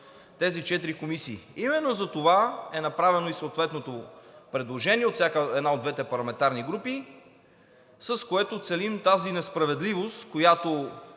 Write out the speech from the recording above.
тези четири комисии. Именно затова е направено и съответното предложение от всяка една от двете парламентарни групи, с което целим тази несправедливост, за която